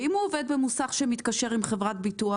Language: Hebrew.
ואם הוא עובד במוסך שמתקשר עם חברת ביטוח?